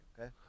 okay